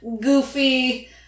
goofy